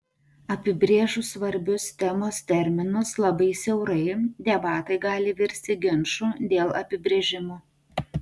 apibrėžus svarbius temos terminus labai siaurai debatai gali virsti ginču dėl apibrėžimų